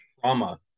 trauma